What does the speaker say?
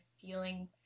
feeling